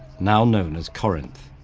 now known as corinth.